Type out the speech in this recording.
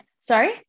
sorry